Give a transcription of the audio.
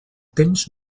temps